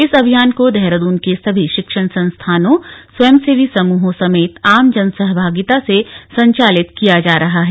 इस अभियान को देहरादून के सभी शिक्षण संस्थानों स्वयं सेवी समूहों सहित आम जन सहभागिता से संचालित किया जा रहा है